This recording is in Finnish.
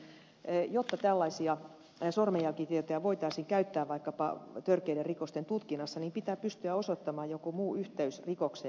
söderman sanoi jotta tällaisia sormenjälkitietoja voitaisiin käyttää vaikkapa törkeiden rikosten tutkinnassa pitää pystyä osoittamaan jokin muu yhteys rikokseen